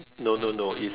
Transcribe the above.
no no no if